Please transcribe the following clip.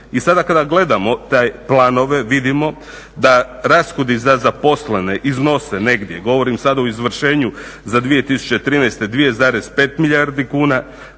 I sada kada gledamo te planove vidimo da rashodi za zaposlene iznose negdje, govorim sada o izvršenju za 2013., 2,5 milijardi kuna,